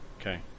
Okay